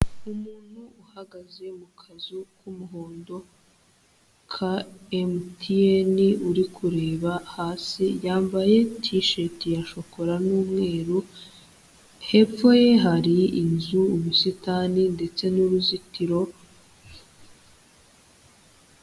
Umuntu uhagaze mu kazu k'umuhondo ka MTN uri kureba hasi, yambaye tisheti ya shokora n'umweru, hepfo ye hari inzu, ubusitani ndetse n'uruzitiro.